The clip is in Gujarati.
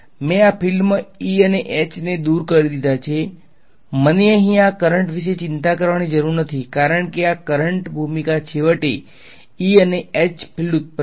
મેં આ ફિલ્ડમાં E અને Hને દૂર કરી દીધા છે મને અહીં આ કરંટ વિશે ચિંતા કરવાની જરૂર નથી કારણ કે આ કરંટ ભૂમિકા છેવટે E અને H ફિલ્ડ્સ ઉત્પન્ન કરવાની છે